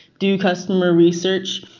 do customer research.